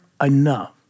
enough